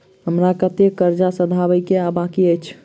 हमरा कतेक कर्जा सधाबई केँ आ बाकी अछि?